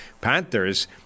Panthers